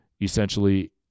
essentially